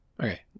okay